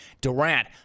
Durant